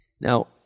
Now